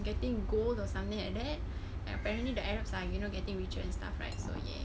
getting gold or something like that and apparently the arabs are you know getting richer and stuff right so ya